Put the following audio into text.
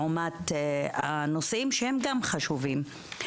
לעומת הנושאים שהם גם חשובים.